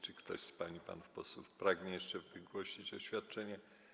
Czy ktoś z pań i panów posłów pragnie jeszcze wygłosić oświadczenie?